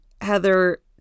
Heather